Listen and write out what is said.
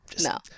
No